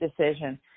decision